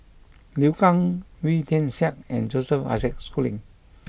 Liu Kang Wee Tian Siak and Joseph Isaac Schooling